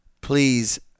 please